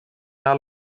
ajal